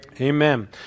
Amen